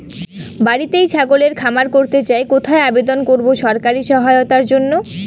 বাতিতেই ছাগলের খামার করতে চাই কোথায় আবেদন করব সরকারি সহায়তার জন্য?